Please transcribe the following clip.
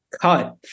cut